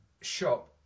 shop